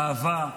אהבה.